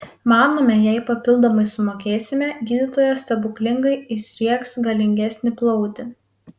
manome jei papildomai sumokėsime gydytojas stebuklingai įsriegs galingesnį plautį